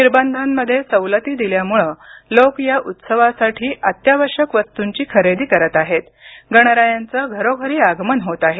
निर्बंधांमध्ये सवलती दिल्यामुळे लोक या उत्सवासाठी अत्यावश्यक वस्तूंची खरेदी करत आहेत गणरायांचं घरोघरी आगमन होत आहे